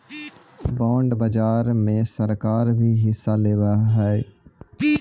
bond बाजार में सरकार भी हिस्सा लेवऽ हई